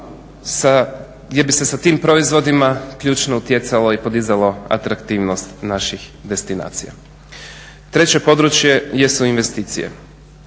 gdje bi se sa tim proizvodima ključno utjecalo i podizalo atraktivnost naših destinacija. Treće područje jesu investicije,